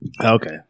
Okay